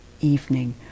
evening